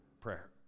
prayer